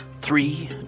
Three